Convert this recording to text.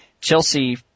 Chelsea